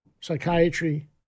psychiatry